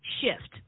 shift